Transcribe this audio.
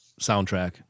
soundtrack